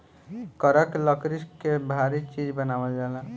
करक लकड़ी से भारी चीज़ बनावल जाला